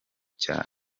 cya